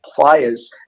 players